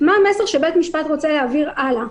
מה המסר שבית המשפט רוצה להעביר הלאה?